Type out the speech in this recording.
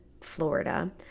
Florida